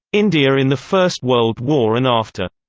india in the first world war and after.